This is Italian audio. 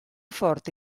forte